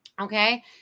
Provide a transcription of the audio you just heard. okay